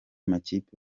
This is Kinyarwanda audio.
makipe